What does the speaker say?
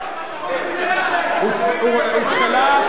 שפלות, פתאום אתה לא יודע להפעיל